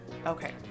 Okay